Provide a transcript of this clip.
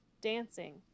dancing